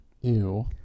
Ew